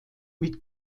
mit